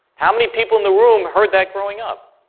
how many people in the room heard that growing up?